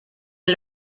que